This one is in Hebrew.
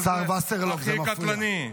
שהוא באמת הכי קטלני.